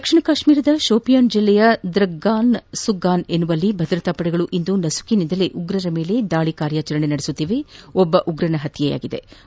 ದಕ್ಷಿಣ ಕಾಶ್ಮೀರದ ಶೋಪಿಯಾನ್ ಜಿಲ್ಲೆಯ ದ್ರಗ್ಗಾದ್ ಸುಗಾನ್ ಪ್ರದೇಶದಲ್ಲಿ ಭದ್ರತಾ ಪಡೆಗಳು ಇಂದು ನಸುಕಿನಿಂದಲೇ ಉಗ್ರರ ಮೇಲೆ ದಾಳಿ ಕಾರ್ಯಾಚರಣೆ ನಡೆಸುತ್ತಿದ್ದು ಒಬ್ಬ ಉಗ್ರನನ್ನು ಹತ್ಯೆಗೈದಿವೆ